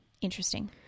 Interesting